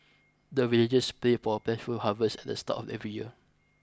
the villagers play for plentiful harvest at the start of every year